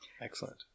Excellent